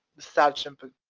it's that simple,